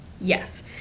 yes